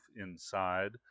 inside